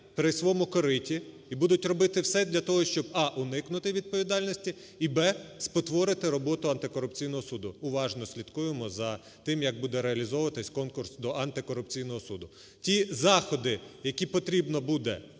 при своєму "кориті" і будуть робити все для того, щоб "а" – уникнути відповідальності і "б" – спотворити роботу антикорупційного суду. Уважно слідкуємо за тим, як буде реалізовуватися конкурс до антикорупційного суду. Ті заходи, які потрібно буде